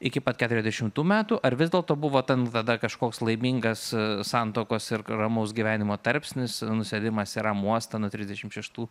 iki pat keturiasdešimtų metų ar vis dėlto buvo ten vd kažkoks laimingas santuokos ir ramaus gyvenimo tarpsnis nusėdimas ramiam uoste nuo trisdešimt šeštų